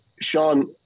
Sean